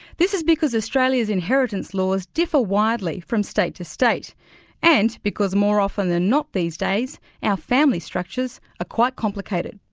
this is because australia's inheritance laws differ widely from state to state and, because more often than not these days our family structures are ah quite complicated.